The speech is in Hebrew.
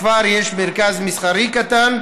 בכפר יש מרכז מסחרי קטן,